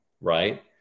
right